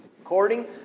According